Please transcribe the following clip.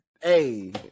Hey